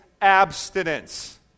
abstinence